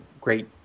great